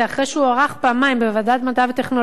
הוארך פעמיים בוועדת המדע והטכנולוגיה,